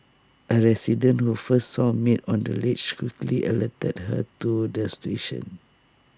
A resident who first saw maid on the ledge quickly alerted her to the situation